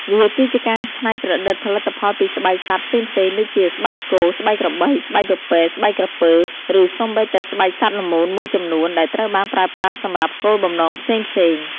វាគឺជាការច្នៃប្រឌិតផលិតផលពីស្បែកសត្វផ្សេងៗ ដូចជា ស្បែកគោ ស្បែកក្របី ស្បែកពពែ ស្បែកក្រពើ ឬសូម្បីតែស្បែកសត្វល្មូនមួយចំនួន ដែលត្រូវបានប្រើប្រាស់សម្រាប់គោលបំណងផ្សេងៗ។